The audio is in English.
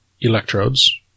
electrodes